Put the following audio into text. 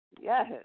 Yes